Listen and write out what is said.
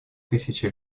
тысячи